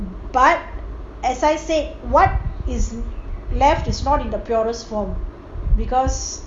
but as I said what is left is not in the purest form because